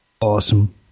Awesome